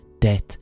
death